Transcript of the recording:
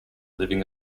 living